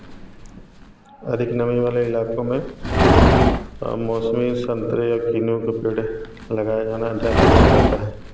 अधिक नमी वाले इलाकों में मौसमी संतरे या कीनू के पेड़ लगाए जाना ज़्यादा अच्छा रहता है